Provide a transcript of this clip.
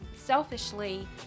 selfishly